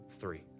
three